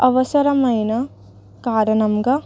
అవసరమైన కారణంగా